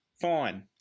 Fine